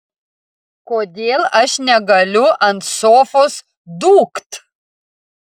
kodėl aš negaliu ant sofos dūkt